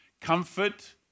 Comfort